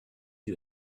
you